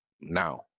now